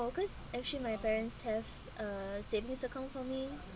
cause actually my parents have uh savings account for me